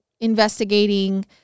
investigating